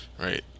Right